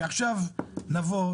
שעכשיו נבוא,